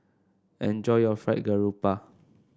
enjoy your Fried Garoupa